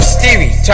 Stevie